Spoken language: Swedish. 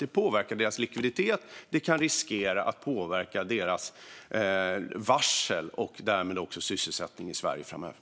Detta påverkar deras likviditet. Det kan riskera att påverka deras varsel och därmed också sysselsättningen i Sverige framöver.